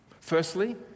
Firstly